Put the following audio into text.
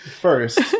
First